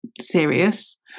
serious